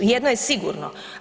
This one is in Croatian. Jedno je sigurno.